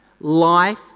life